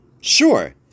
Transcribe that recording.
Sure